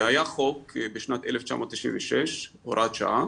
היה חוק בשנת 1996, הוראת שעה